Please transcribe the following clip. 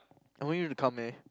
I want you to come eh